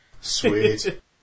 Sweet